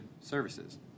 Services